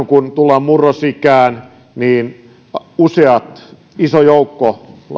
kun tullaan murrosikään useat nuoret putoavat iso joukko